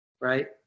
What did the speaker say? right